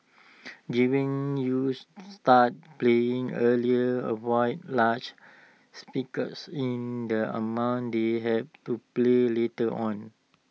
giving users start paying earlier avoids large speakers in the amount they have to play litter on